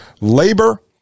labor